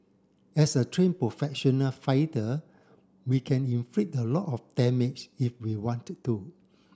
as a train professional fighter we can inflict a lot of damage if we wanted to